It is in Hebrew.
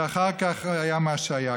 ואחר כך היה מה שהיה.